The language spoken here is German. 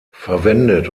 verwendet